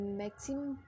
maximum